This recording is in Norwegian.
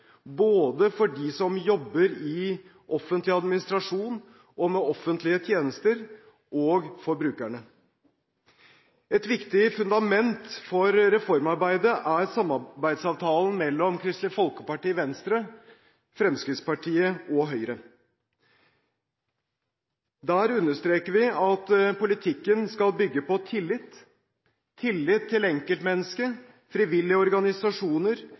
både for dem som jobber i offentlig administrasjon og med offentlige tjenester, og for brukerne. Et viktig fundament for reformarbeidet er samarbeidsavtalen mellom Kristelig Folkeparti, Venstre, Fremskrittspartiet og Høyre. Der understreker vi at politikken skal bygge på tillit, tillit til enkeltmennesket, frivillige organisasjoner,